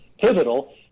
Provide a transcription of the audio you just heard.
pivotal